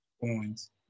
coins